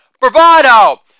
bravado